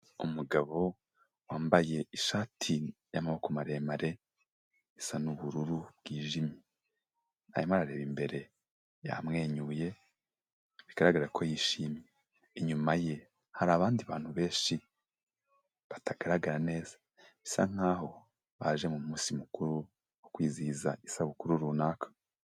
Umugabo wambaye ishati y'amaboko maremare isa n'ubururu bwijimye, arimo arareba imbere yamwenyuye bigaragara ko yishimye, inyuma ye hari abandi bantu benshi batagaragara neza bisa nk'aho baje mu munsi mukuru wo kwizihiza isabukuru runaka.